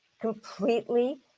completely